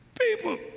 people